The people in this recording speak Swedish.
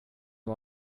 vad